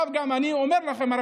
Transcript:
אני אומר לכם עכשיו,